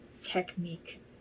technique